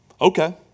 Okay